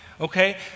Okay